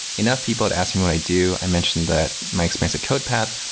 enough people had asked me what i do. i mention that my experience at codepath.